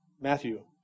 Matthew